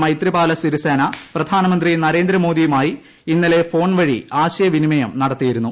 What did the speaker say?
മൈത്രിപാല സിരിസേന പ്രധാനമന്ത്രി നരേന്ദ്രമോദിയുമായി ഇന്നലെ ഫോൺ വഴി ആശയ വിനിമയം നടത്തിയിരുന്നു